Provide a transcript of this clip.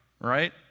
right